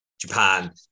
Japan